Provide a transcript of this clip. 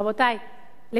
רבותינו,